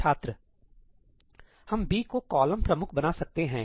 छात्र हम B को कॉलम प्रमुख बना सकते हैं